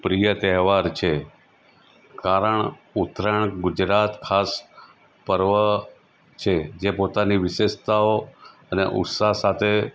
પ્રિય તહેવાર છે કારણ ઉત્તરાયણ ગુજરાત ખાસ પર્વ છે જે પોતાની વિશેષતાઓ અને ઉત્સાહ સાથે